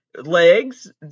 legs